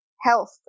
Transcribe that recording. health